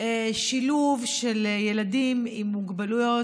שילוב של ילדים עם מוגבלויות,